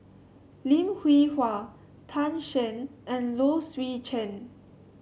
Lim Hwee Hua Tan Shen and Low Swee Chen